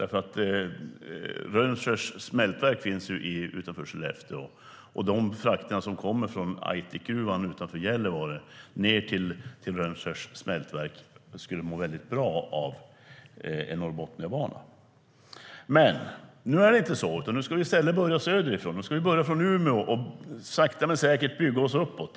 Rönnskärs smältverk finns utanför Skellefteå, och de frakter som kommer från Aitikgruvan utanför Gällivare ned till Rönnskärs smältverk skulle må bra av en Norrbotniabana.Men nu är det inte så, utan nu ska vi i stället börja söderifrån. Nu ska vi börja från Umeå och sakta men säkert bygga oss uppåt.